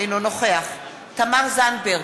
אינו נוכח תמר זנדברג,